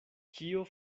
kio